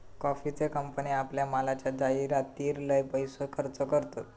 कॉफीचे कंपने आपल्या मालाच्या जाहीरातीर लय पैसो खर्च करतत